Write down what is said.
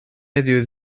heddiw